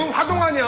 hug them um yeah